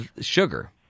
sugar